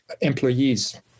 employees